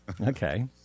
Okay